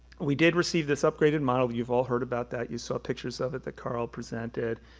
we did receive this upgrade and model, you've all heard about that, you saw pictures of it that carl presented.